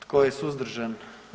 Tko je suzdržan?